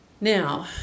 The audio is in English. Now